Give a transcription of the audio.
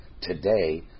today